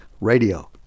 radio